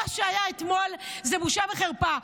מה שהיה אתמול זה בושה וחרפה,